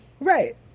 Right